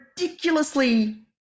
ridiculously